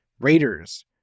Raiders